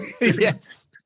Yes